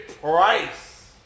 Price